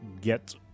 get